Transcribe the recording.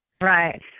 right